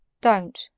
Don't